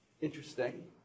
interesting